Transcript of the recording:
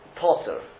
Potter